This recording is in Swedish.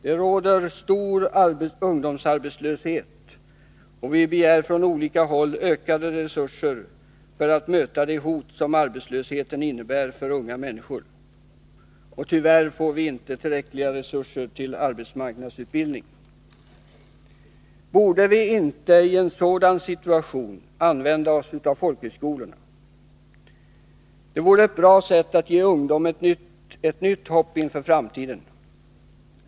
Det råder stor ungdomsarbetslöshet, och vi begär från olika håll ökade resurser för att möta det hot som arbetslösheten innebär för unga människor. Tyvärr får vi inte tillräckliga resurser till arbetsmarknadsutbildning. Borde vi inte i en sådan situation använda oss av folkhögskolorna? Det vore ett bra sätt att ge ungdomen ett nytt hopp inför framtiden.